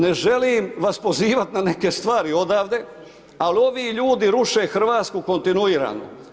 Ne želim vas pozivati na neke stvari odavde, ali ovi ljudi ruše Hrvatsku kontinuirano.